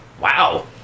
wow